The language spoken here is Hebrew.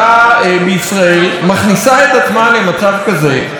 את עצמה למצב כזה של ניגוד עניינים כזה.